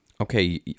Okay